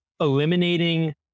eliminating